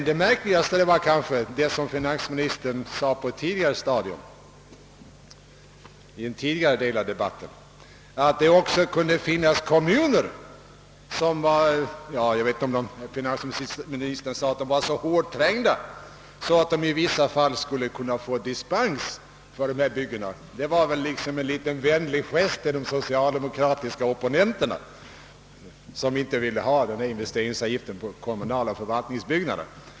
Det märkligaste var kanske vad finansministern sade i en tidigare del av debatten, nämligen — om jag minns rätt — att det också kunde finnas kommuner som var så hårt trängda att de i vissa fall skulle kunna få dispens för byggen. Det var väl en liten vänlig gest till de socialdemokratiska opponenterna, som inte vill ha någon investeringsavgift på kommunala förvaltningsbyggnader.